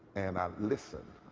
and i listened